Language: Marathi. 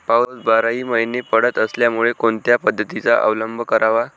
पाऊस बाराही महिने पडत असल्यामुळे कोणत्या पद्धतीचा अवलंब करावा?